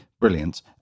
brilliant